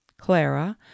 Clara